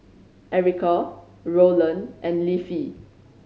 Erica Rowland and Leafy